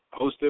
hosted